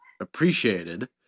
appreciated